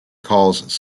calls